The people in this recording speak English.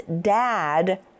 dad